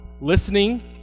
listening